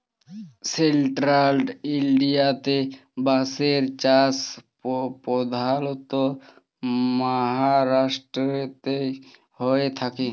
central ইলডিয়াতে বাঁশের চাষ পধালত মাহারাষ্ট্রতেই হঁয়ে থ্যাকে